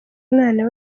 umwana